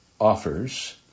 offers